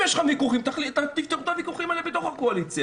אם יש לכם ויכוחים תפתרו את הוויכוחים האלה בתוך הקואליציה.